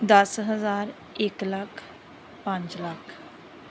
ਦਸ ਹਜ਼ਾਰ ਇੱਕ ਲੱਖ ਪੰਜ ਲੱਖ